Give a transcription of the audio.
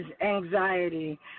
anxiety